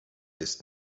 ist